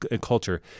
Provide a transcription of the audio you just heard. culture